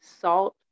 salt